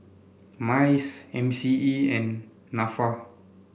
MICE M C E and NAFA